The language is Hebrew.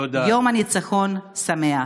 יום ניצחון שמח.